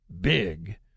big